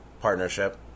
partnership